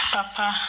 Papa